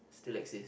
still exist